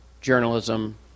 journalism